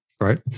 right